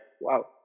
wow